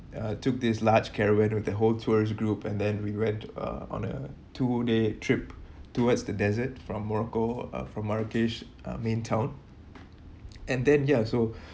uh took this large caravan with the whole tours group and then we went to uh on a two day trip towards the desert from morocco uh from marrakesh uh main town and then ya so